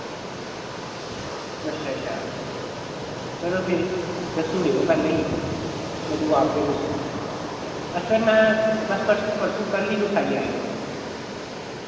अच्छा अच्छा चलो फिर दस्सूड़ेओ पैह्ले ही कदूं औगे तुस ऐसे मैं बस परसू परसुू कल ही तुस आई जायो